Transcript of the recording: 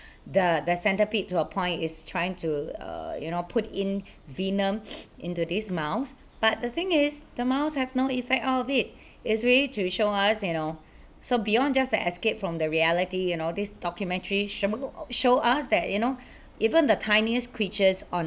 the the centipede to a point is trying to uh you know put in venom into this mouse but the thing is the mouse have no effect out of it it's really to show us you know so beyond just an escape from the reality you know this documentary show us that you know even the tiniest creatures on